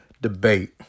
debate